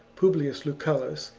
publius lucullus,